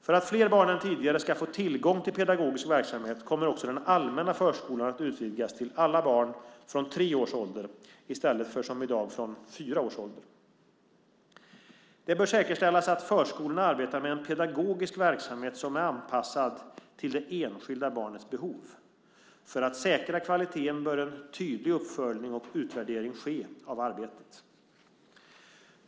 För att fler barn än tidigare ska få tillgång till pedagogisk verksamhet kommer också den allmänna förskolan att utvidgas till alla barn från tre års ålder i stället för som i dag från fyra års ålder. Det bör säkerställas att förskolorna arbetar med en pedagogisk verksamhet som är anpassad till det enskilda barnets behov. För att säkra kvaliteten bör en tydlig uppföljning och utvärdering ske av arbetet.